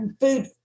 food